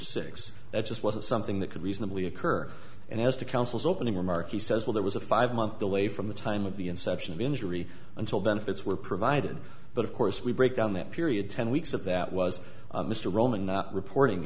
six that just wasn't something that could reasonably occur and as to counsel's opening remark he says well there was a five month away from the time of the inception of injury until benefits were provided but of course we break down that period ten weeks that that was mr rolling not reporting